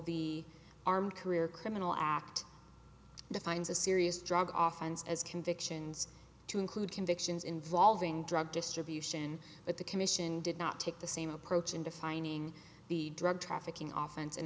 the armed career criminal act defines a serious drug offhand as convictions to include convictions involving drug distribution but the commission did not take the same approach in defining the drug trafficking oftens and